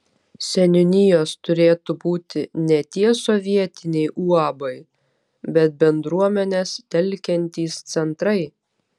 seniūnijos turėtų būti ne tie sovietiniai uabai bet bendruomenes telkiantys centrai